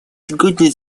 сегодня